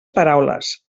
paraules